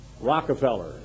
Rockefeller